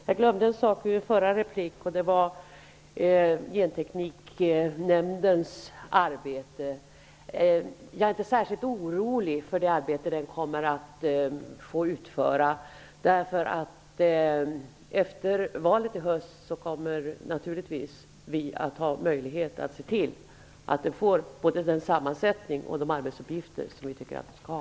Jag glömde en sak i min förra replik. Jag är inte särskilt orolig för det arbete som Gentekniknämnden kommer att få utföra, därför att vi efter valet i höst naturligtvis kommer att ha möjlighet att se till att den får både den sammansättning och de abetsuppgifter som vi tycker att den skall ha.